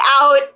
out